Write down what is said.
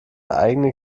eigene